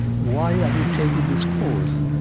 why are you taking this course?